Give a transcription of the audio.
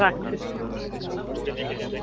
রাখছি